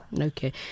Okay